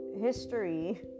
history